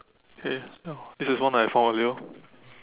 okay now this is the one that I found earlier